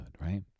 right